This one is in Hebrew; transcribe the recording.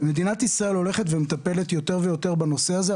מדינת ישראל הולכת ומטפלת יותר ויותר בנושא הזה,